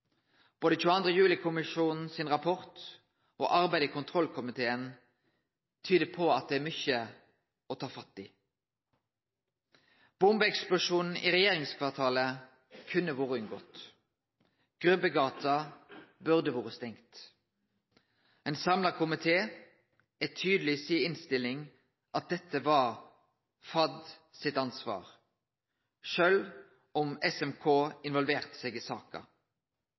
Både 22. juli-kommisjonen sin rapport og arbeidet i kontrollkomiteen tyder på at det er mykje å ta fatt i. Bombeeksplosjonen i regjeringskvartalet kunne ha vore unngått. Grubbegata burde vore stengt. Ein samla komité er tydeleg i si innstilling på at dette var FAD sitt ansvar, sjølv om SMK involverte seg i saka.